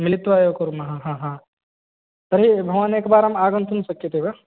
मिलित्वा एव कुर्मः ह ह तर्हि भवान् एकवारम् आगन्तुं शक्यते वा